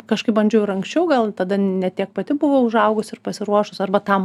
kažkaip bandžiau ir anksčiau gal tada ne tiek pati buvau užaugus ir pasiruošus arba tam